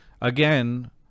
again